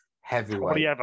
heavyweight